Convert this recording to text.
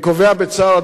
אני קובע בצער,